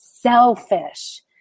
selfish